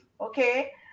Okay